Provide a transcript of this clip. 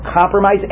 compromise